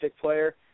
player